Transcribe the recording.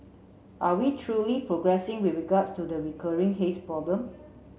are we truly progressing with regards to the recurring haze problem